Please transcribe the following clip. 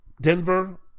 Denver